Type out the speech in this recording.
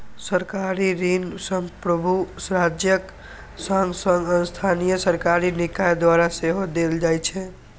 सरकारी ऋण संप्रभु राज्यक संग संग स्थानीय सरकारी निकाय द्वारा सेहो देल जाइ छै